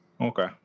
Okay